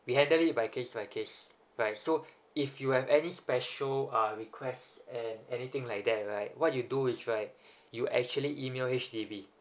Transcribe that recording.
we handle it by case by case right so if you have any special uh request and anything like that right what you do is right you actually email H_D_B